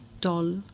doll